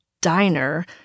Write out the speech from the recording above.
Diner